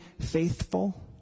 faithful